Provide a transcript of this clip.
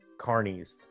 carnies